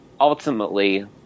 ultimately